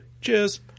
Cheers